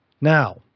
now